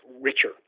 richer